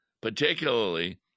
particularly